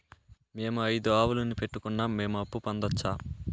మేము ఐదు ఆవులని పెట్టుకున్నాం, మేము అప్పు పొందొచ్చా